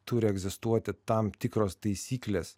turi egzistuoti tam tikros taisyklės